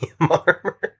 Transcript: armor